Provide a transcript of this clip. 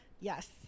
Yes